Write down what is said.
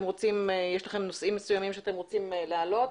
אם יש לכם נושאים מסוימים שאתם רוצים להעלות,